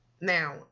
Now